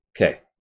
okay